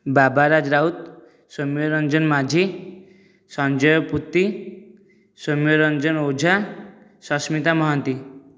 Babaraj Raut Soumyaranjan Majhi Sanjay Puti Soumyaranjan Ojha Sasmita Mohanty